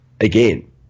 Again